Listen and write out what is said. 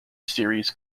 series